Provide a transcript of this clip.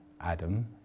Adam